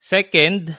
Second